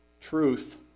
Truth